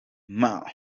mar